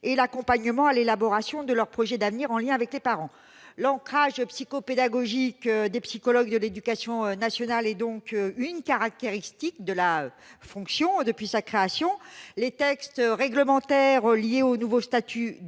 et l'accompagnement à l'élaboration de leur projet d'avenir en lien avec les parents. L'ancrage psychopédagogique des psychologues de l'éducation nationale est donc une caractéristique de la fonction, depuis sa création. Les textes réglementaires relatifs au nouveau statut